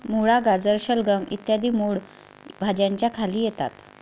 मुळा, गाजर, शलगम इ मूळ भाज्यांच्या खाली येतात